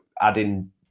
adding